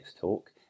talk